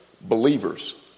Believers